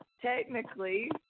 Technically